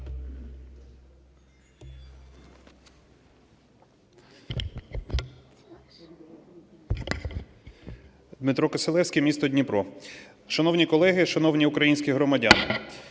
Дмитро Кисилевський, місто Дніпро. Шановні колеги! Шановні українські громадяни!